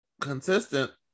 consistent